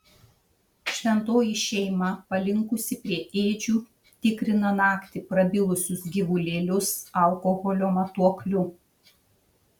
šventoji šeima palinkusi prie ėdžių tikrina naktį prabilusius gyvulėlius alkoholio matuokliu